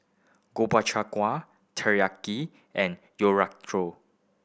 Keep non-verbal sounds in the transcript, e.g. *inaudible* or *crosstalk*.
Gobchang Gui Teriyaki and *unintelligible*